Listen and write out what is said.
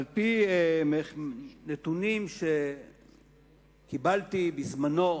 על-פי נתונים שקיבלתי מצה"ל,